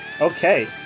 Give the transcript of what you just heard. Okay